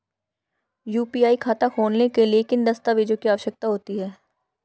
UPI खाता खोलने के लिए किन दस्तावेज़ों की आवश्यकता होती है?